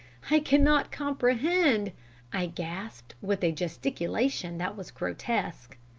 i cannot comprehend i gasped with a gesticulation that was grotesque.